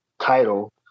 title